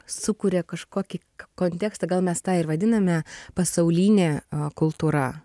sukuria kažkokį kontekstą gal mes tą ir vadiname pasaulinė kultūra